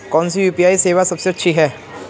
कौन सी यू.पी.आई सेवा सबसे अच्छी है?